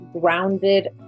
grounded